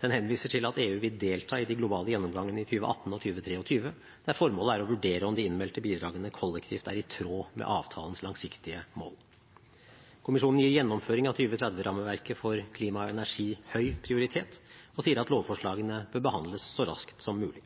Den henviser til at EU vil delta i de globale gjennomgangene i 2018 og 2023, der formålet er å vurdere om de innmeldte bidragene kollektivt er i tråd med avtalens langsiktige mål. Kommisjonen gir gjennomføring av 2030-rammeverket for klima og energi høy prioritet og sier at lovforslagene bør behandles så raskt som mulig.